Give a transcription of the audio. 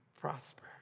prosper